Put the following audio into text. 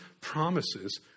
promises